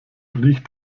riecht